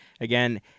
Again